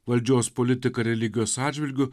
valdžios politika religijos atžvilgiu